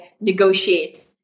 negotiate